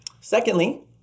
Secondly